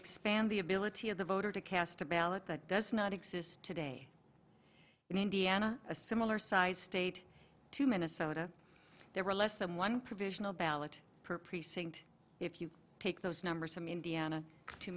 expand the ability of the voter to cast a ballot that does not exist today in indiana a similar sized state to minnesota there were less than one provisional ballot per precinct if you take those numbers from indiana to